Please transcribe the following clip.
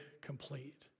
complete